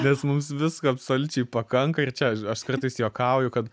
nes mums visko absoliučiai pakanka ir čia aš kartais juokauju kad